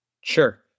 Sure